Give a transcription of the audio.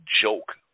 joke